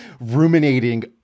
Ruminating